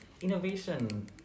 innovation